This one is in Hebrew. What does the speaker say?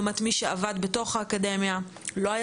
לעומת מי שעבד בתוך האקדמיה ולא היה